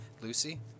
Lucy